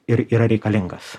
ir yra reikalingas